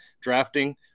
drafting